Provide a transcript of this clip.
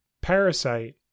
Parasite